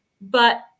But-